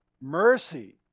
Mercy